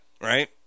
right